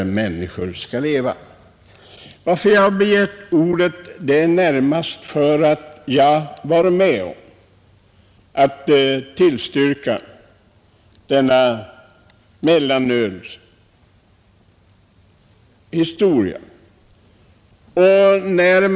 Anledningen till att jag begärt ordet är närmast att jag varit med om att tillstyrka mellanölets införande.